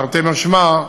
תרתי משמע,